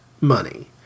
money